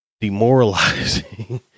demoralizing